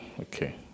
okay